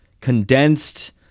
condensed